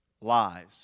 lies